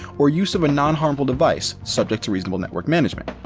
or use of a non-harmful device, subject to reasonable network management.